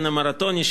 "המרתוני",